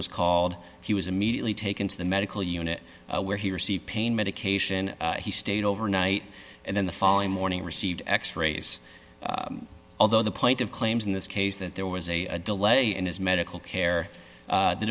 was called he was immediately taken to the medical unit where he received pain medication he stayed overnight and then the following morning received x rays although the point of claims in this case that there was a delay in his medical care